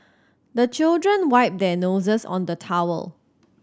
the children wipe their noses on the towel